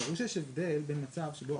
ברור שיש הבדל בין מצב שבו...